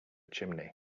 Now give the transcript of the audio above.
chimney